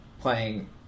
playing